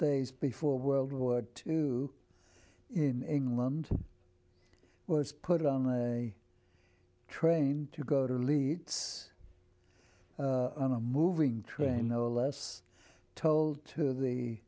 days before world war two in england was put on a train to go to leeds on a moving train no less told to the